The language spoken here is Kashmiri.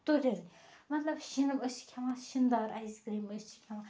تُرُنۍ مطلب شینہٕ أسۍ چھِ کھیٚوان شِنہٕ دار اَیِس کریٖم أسۍ چھِ کھیٚوان